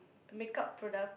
makeup product